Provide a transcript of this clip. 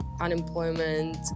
unemployment